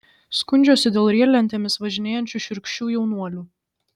skundžiuosi dėl riedlentėmis važinėjančių šiurkščių jaunuolių